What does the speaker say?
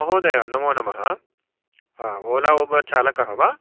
महोदय नमो नमः ओला ऊबर् चालकः वा